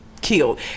killed